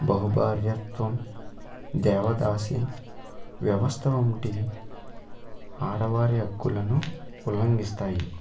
బహుభార్యత్వం దేవదాసి వ్యవస్థ వంటి ఆడవారి హక్కులను ఉల్లంఘిస్తాయి